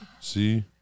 see